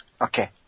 Okay